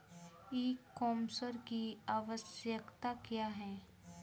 ई कॉमर्स की आवशयक्ता क्या है?